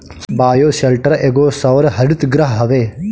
bioshelter एगो सौर हरितगृह हवे